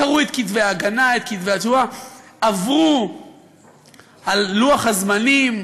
קראו את כתבי ההגנה ואת כתבי התשובה ועברו על לוח הזמנים.